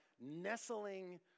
nestling